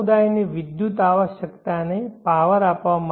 સમુદાયની વિદ્યુત આવશ્યકતાને પાવર આપવા માટે